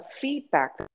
feedback